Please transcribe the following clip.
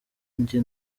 njye